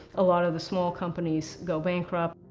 a lot of the small companies go bankrupt.